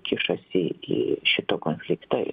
kišasi į šito konfliktą